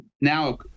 now